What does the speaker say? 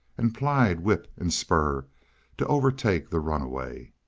and plied whip and spur to overtake the runaway.